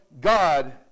God